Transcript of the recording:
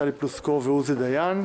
טלי פלוסקוב ועוזי דיין,